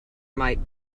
might